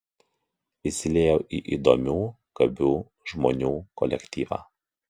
įsiliejau į įdomių gabių žmonių kolektyvą